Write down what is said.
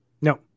no